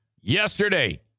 Yesterday